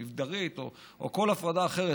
מגדרית או כל הפרדה אחרת,